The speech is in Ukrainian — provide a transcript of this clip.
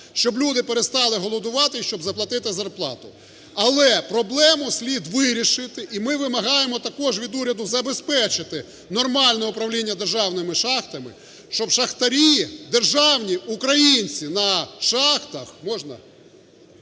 щоб люди перестали голодувати, щоб заплатити зарплату. Але проблему слід вирішити, і ми вимагаємо також від уряду забезпечити нормальне управління державними шахтами, щоб шахтарі державні, українці на шахтах… Можна?